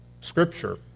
Scripture